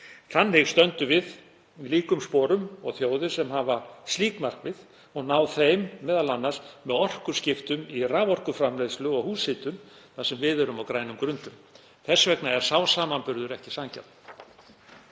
Þannig stöndum við í líkum sporum og þjóðir sem hafa slík markmið og ná þeim m.a. með orkuskiptum í raforkuframleiðslu og húshitun þar sem við erum á grænum grundum. Þess vegna er sá samanburður ekki sanngjarn.